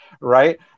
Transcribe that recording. right